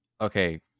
okay